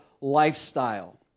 lifestyle